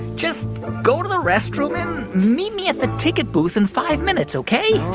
just go to the restroom, and meet me at the ticket booth in five minutes, ok?